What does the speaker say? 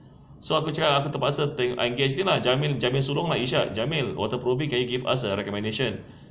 so aku cakap aku terpaksa ter~ I engage him lah jamil jamil surong lah irsyad jamil water proofing can you give us a recommendation